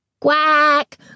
Quack